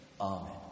Amen